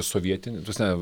sovietin ta prasme